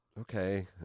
okay